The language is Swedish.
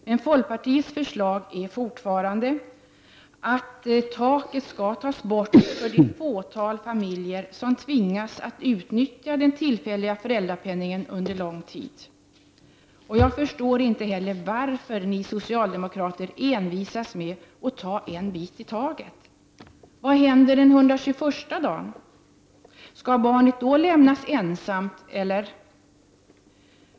Men folkpartiets förslag är fortfarande att taket skall tas bort för det fåtal familjer som tvingas att utnyttja den tillfälliga föräldrapenningen under lång tid. Jag förstår inte varför ni socialdemokrater envisas med att ta en bit i taget. Vad händer den 121:a dagen? Skall barnet då lämnas ensamt, eller?